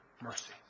mercy